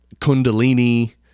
kundalini